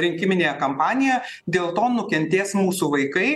rinkiminėje kampanija dėl to nukentės mūsų vaikai